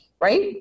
right